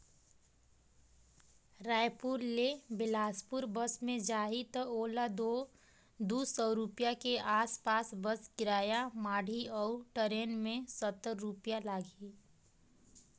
रायपुर ले बेलासपुर बस मे जाही त ओला दू सौ रूपिया के आस पास बस किराया माढ़ही अऊ टरेन मे सत्तर रूपिया लागही